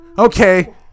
Okay